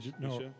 No